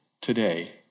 today